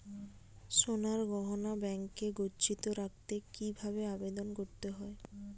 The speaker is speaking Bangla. সোনার গহনা ব্যাংকে গচ্ছিত রাখতে কি ভাবে আবেদন করতে হয়?